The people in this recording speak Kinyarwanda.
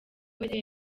wese